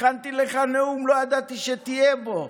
הכנתי לך נאום, לא ידעתי שתהיה בו.